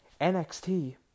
NXT